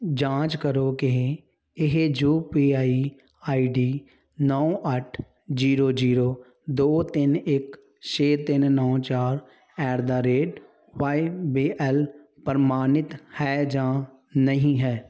ਜਾਂਚ ਕਰੋ ਕਿ ਇਹ U P I I D ਨੌਂ ਅੱਠ ਜੀਰੋ ਜੀਰੋ ਦੋ ਤਿੰਨ ਇੱਕ ਛੇ ਤਿੰਨ ਨੌਂ ਚਾਰ at the rate Y B L ਪ੍ਰਮਾਣਿਤ ਹੈ ਜਾਂ ਨਹੀਂ ਹੈ